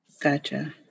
gotcha